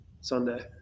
Sunday